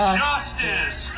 justice